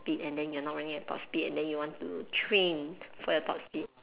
speed and then you're not running at top speed and then you want to train for you top speed